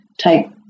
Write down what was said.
take